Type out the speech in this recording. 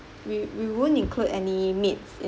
we we won't include any meats